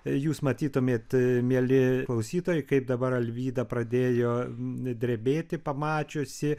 jūs matytumėt mieli klausytojai kaip dabar alvyda pradėjo drebėti pamačiusi